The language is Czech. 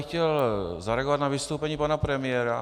Chtěl bych zareagovat na vystoupení pana premiéra.